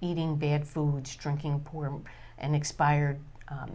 eating bad food striking poor and expired